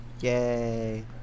Yay